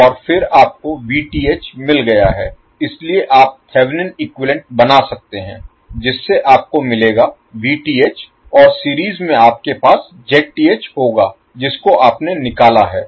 और फिर आपको Vth मिल गया है इसलिए आप थेवेनिन इक्विवैलेन्ट बना सकते हैं जिससे आपको मिलेगा Vth और सीरीज में आपके पास Zth होगा जिसको आपने निकाला है